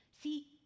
See